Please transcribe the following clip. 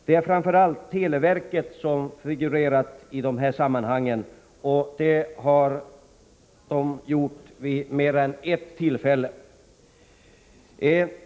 Det är framför allt televerket som figurerat i dessa sammanhang, och detta vid mer än ett tillfälle.